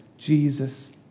Jesus